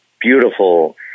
beautiful